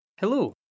Hello